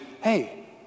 hey